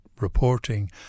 reporting